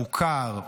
מוכר,